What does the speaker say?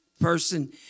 person